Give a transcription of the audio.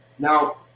Now